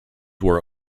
were